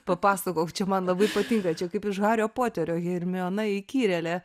papasakok čia man labai patinka čia kaip iš hario poterio hermiona įkyrėlė